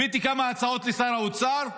הבאתי כמה הצעות לשר האוצר,